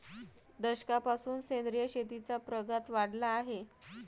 दशकापासून सेंद्रिय शेतीचा प्रघात वाढला आहे